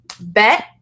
bet